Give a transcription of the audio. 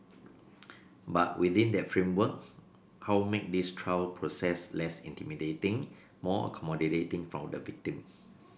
but within that framework how make this trial process less intimidating more accommodating for the victim